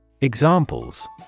Examples